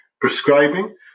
prescribing